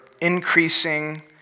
increasing